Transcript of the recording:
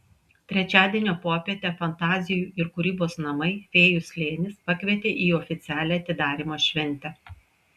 trečiadienio popietę fantazijų ir kūrybos namai fėjų slėnis pakvietė į oficialią atidarymo šventę